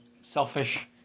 selfish